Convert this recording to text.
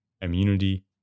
immunity